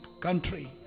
country